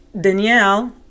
Danielle